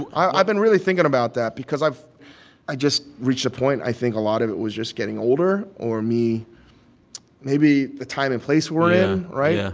but i've been really thinking about that because i've i just reached a point. i think a lot of it was just getting older or me maybe the time and place we're in, right? yeah